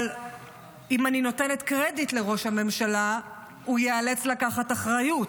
אבל אם אני נותנת קרדיט לראש הממשלה הוא ייאלץ לקחת אחריות,